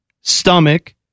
stomach